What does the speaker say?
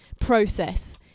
process